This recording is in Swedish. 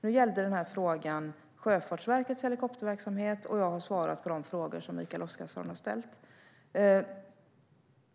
Nu gällde denna fråga Sjöfartsverkets helikopterverksamhet, och jag har svarat på de frågor som Mikael Oscarsson har ställt.